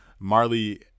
marley